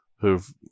who've